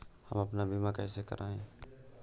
हम अपना बीमा कैसे कराए?